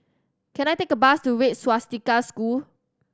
can I take a bus to Red Swastika School